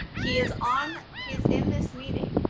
he is on, he is in this meeting.